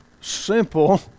simple